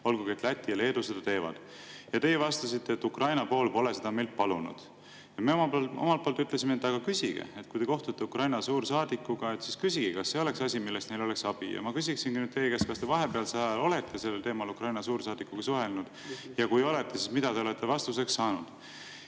mitte. Läti ja Leedu seda teevad. Ja teie vastasite, et Ukraina pool pole seda meilt palunud. Me omalt poolt ütlesime, et aga kui te kohtute Ukraina suursaadikuga, siis küsige, kas see ei oleks asi, millest neil oleks abi. Ja ma küsiksin teie käest, kas te vahepealsel ajal olete sellel teemal Ukraina suursaadikuga suhelnud ja kui olete, siis mida te olete vastuseks saanud.